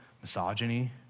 misogyny